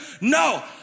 No